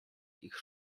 ich